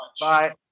Bye